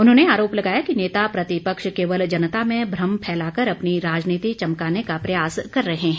उन्होंने आरोप लगाया कि नेता प्रतिपक्ष केवल जनता में भ्रम फैलाकर अपनी राजनीति चमकाने का प्रयास कर रहे हैं